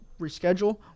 reschedule